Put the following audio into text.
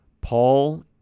Paul